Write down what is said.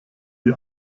die